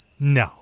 No